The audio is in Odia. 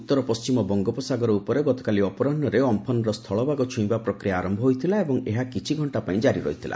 ଉତ୍ତ ପଶ୍ଚିମ ବଙ୍ଗୋପସାଗର ଉପରେ ଗତକାଲି ଅପରାହ୍ନରେ ଅମ୍ପନ୍ର ସ୍ଥଳଭାଗ ଛୁଇଁବା ପ୍ରକ୍ରିୟା ଆରମ୍ଭ ହୋଇଥିଲା ଏବଂ ଏହା କିଛିଘକ୍ଷା ପାଇଁ ଜାରି ରହିଥିଲା